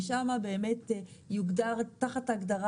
ושם תחת הגדרת